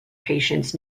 patients